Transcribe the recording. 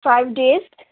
five days